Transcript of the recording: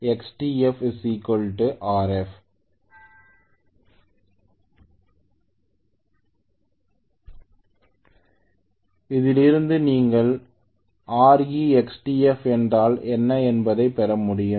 240100Rextf If அதிலிருந்து நீங்கள் Rextf என்றால் என்னஎன்பதை பெற முடியும்